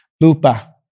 Lupa